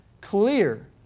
clear